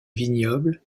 vignobles